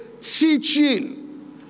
teaching